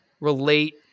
relate